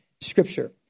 Scripture